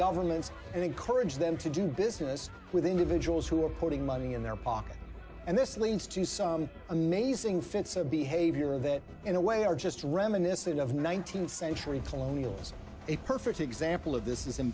governments and encourage them to do business with individuals who are putting money in their pocket and this leads to some amazing fits of behavior that in a way are just reminiscent of one thousand century colonials a perfect example of this is